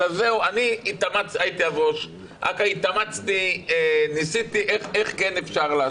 הייתי ראש אכ"א וניסיתי איך כן אפשר לעשות.